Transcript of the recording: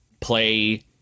play